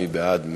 מי בעד?